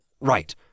Right